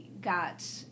got